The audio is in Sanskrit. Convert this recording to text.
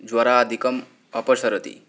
ज्वरादिकम् अपसरति